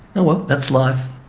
oh well, that's life.